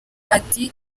ati